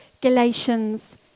Galatians